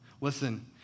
Listen